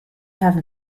have